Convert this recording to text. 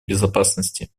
безопасности